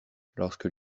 lorsque